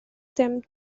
them